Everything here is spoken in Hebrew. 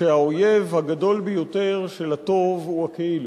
שהאויב הגדול ביותר של הטוב הוא הכאילו.